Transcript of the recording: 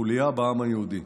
חוליה בשרשרת של העם היהודי.